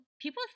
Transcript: people